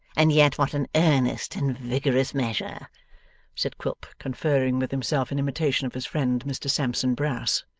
and yet what an earnest and vigorous measure said quilp, conferring with himself, in imitation of his friend mr sampson brass.